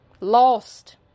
lost